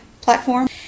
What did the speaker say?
platform